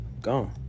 gone